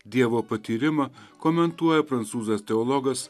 dievo patyrimą komentuoja prancūzas teologas